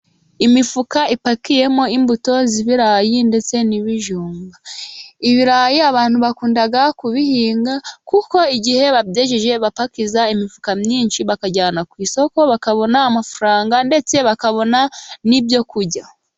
Imifuka ipakiyemo imbuto z'ibirayi ndetse n'ibijumba. Ibirayi abantu bakunda kubihinga, kuko igihe babyejeje, bapakiza imifuka myinshi bakajyana ku isoko bakabona amafaranga, ndetse bakabona n'ibyo kurya.